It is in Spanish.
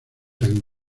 tan